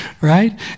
right